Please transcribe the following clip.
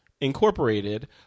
Incorporated